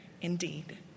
indeed